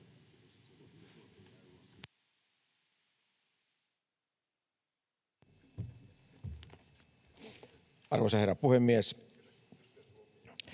Arvoisa herra puhemies!